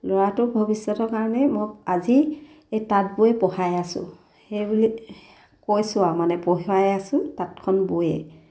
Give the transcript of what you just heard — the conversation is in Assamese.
ল'ৰাটোৰ ভৱিষ্যতৰ কাৰণে মই আজি এই তাঁত বৈ পঢ়াই আছোঁ সেইবুলি কৈছোঁ আৰু মানে পঢ়ুৱাই আছোঁ তাঁতখন বৈয়ে